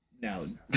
No